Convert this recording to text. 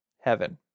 Heaven